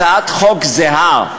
הצעת חוק זהה,